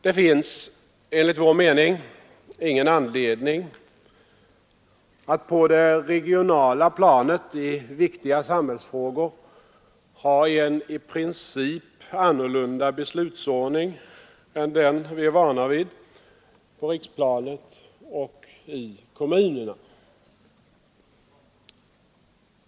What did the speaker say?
Det finns enligt vår mening ingen anledning att på det regionala planet i viktiga samhällsfrågor ha en i princip annorlunda beslutsordning än den vi är vana vid på riksplanet och i kommunerna.